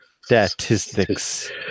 Statistics